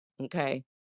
Okay